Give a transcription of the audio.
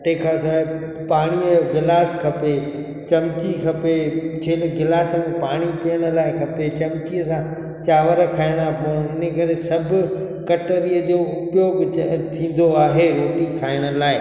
तंहिंखां सवाइ पाणीअ जो गिलास खपे चमची खपे जंहिंमें गिलास में पाणी पीअण लाइ खपे चमचीअ सां चांवर खाइणा पोइ इन करे सभु कटलरीअ जो उपयोगु ज थींदो आहे रोटी खाइण लाइ